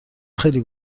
خیلی